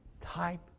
type